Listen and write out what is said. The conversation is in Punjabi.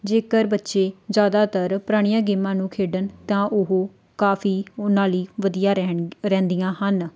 ਜੇਕਰ ਬੱਚੇ ਜ਼ਿਆਦਾਤਰ ਪੁਰਾਣੀਆਂ ਗੇਮਾਂ ਨੂੰ ਖੇਡਣ ਤਾਂ ਉਹ ਕਾਫ਼ੀ ਉਹਨਾਂ ਲਈ ਵਧੀਆ ਰਹਿਣ ਰਹਿੰਦੀਆਂ ਹਨ